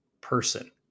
person